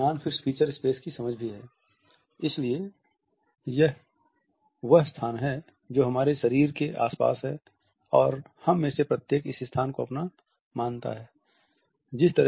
यह non fixed feature space की समझ भी है इसलिए यह वह स्थान है जो हमारे शरीर के आसपास है और हम में से प्रत्येक इस स्थान को अपना मानता है